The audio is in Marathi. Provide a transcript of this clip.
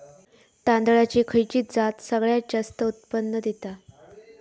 तांदळाची खयची जात सगळयात जास्त उत्पन्न दिता?